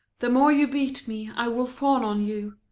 the more you beat me, i will fawn on you.